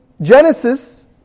Genesis